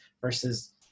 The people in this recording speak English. versus